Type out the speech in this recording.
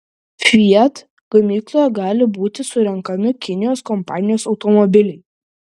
fiat gamykloje gali būti surenkami kinijos kompanijos automobiliai